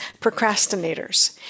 Procrastinators